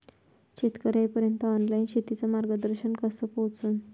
शेतकर्याइपर्यंत ऑनलाईन शेतीचं मार्गदर्शन कस पोहोचन?